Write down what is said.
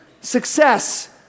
success